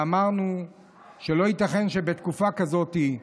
ואמרנו שלא ייתכן שבתקופה שכזאת,